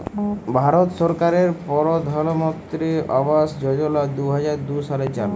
ভারত সরকারের পরধালমলত্রি আবাস যজলা দু হাজার দু সালে চালু